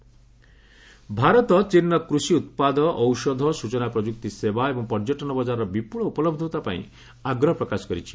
ଚୀନ୍ India trade ଭାରତ ଚୀନ୍ର କୃଷି ଉତ୍ପାଦ ଔଷଧ ସୂଚନା ପ୍ରଯୁକ୍ତି ସେବା ଏବଂ ପର୍ଯ୍ୟଟନ ବଜାରର ବିପୁଳ ଉପଲହ୍ଧତା ପାଇଁ ଆଗ୍ରହ ପ୍ରକାଶ କରିଛି